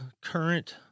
current